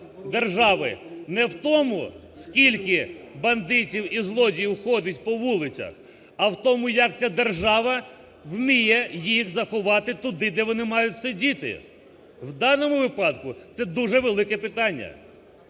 не в тому, що скільки бандитів і злодіїв ходить по вулицях, а в тому, як ця держава вміє їх заховати туди, де вони мають сидіти, в даному випадку це дуже велике питання.